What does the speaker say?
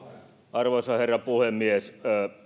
arvoisa herra puhemies